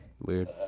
Weird